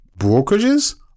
brokerages